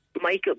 Michael